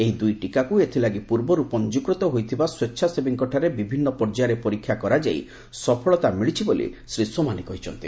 ଏହି ଦୁଇ ଟୀକାକୁ ଏଥିଲାଗି ପୂର୍ବରୁ ପଞ୍ଜିକୃତ ହୋଇଥିବା ସ୍ୱେଚ୍ଛାସେବୀଙ୍କଠାରେ ବିଭିନ୍ନ ପର୍ଯ୍ୟାୟରେ ପରୀକ୍ଷା କରାଯାଇ ସଫଳତା ମିଳିଛି ବୋଲି ଶ୍ରୀ ସୋମାନୀ କହିଛନ୍ତି